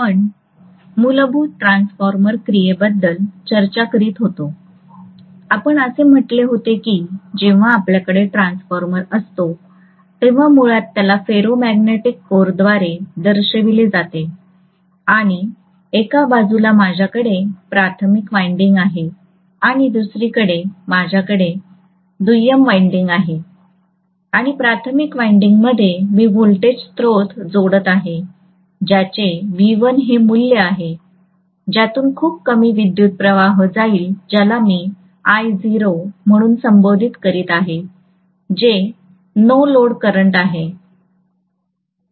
आपण मूलभूत ट्रान्सफॉर्मर क्रियेबद्दल चर्चा करीत होतो आपण असे म्हटले होते की जेव्हा आपल्याकडे ट्रान्सफॉर्मर असतो तेव्हा मुळात त्याला फेरोमॅग्नेटिक कोरद्वारे दर्शविले जाते आणि एका बाजूला माझ्याकडे प्राथमिक वाइंडिंग आहे आणि दुसरीकडे माझ्याकडे दुय्यम वाइंडिंग आहे आणि प्राथमिक वायंडिंग मध्ये मी व्होल्टेज स्त्रोत जोडत आहे ज्याचे V1 हे मूल्य आहे ज्यातून खूप कमी विद्युत प्रवाह जाईल ज्याला मी I0 म्हणून संबोधित करीत आहे जो नो लोड करंट असेल